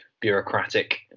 bureaucratic